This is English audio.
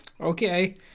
Okay